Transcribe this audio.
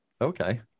okay